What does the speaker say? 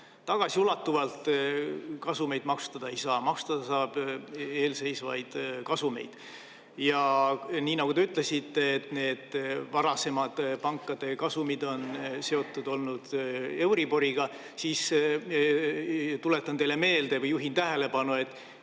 Tagasiulatuvalt kasumit maksustada ei saa, maksustada saab eelseisvaid kasumeid. Ja nii nagu te ütlesite, need varasemad pankade kasumid on seotud olnud euriboriga, siis tuletan teile meelde või juhin tähelepanu, et